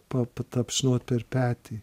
pa patapšnot per petį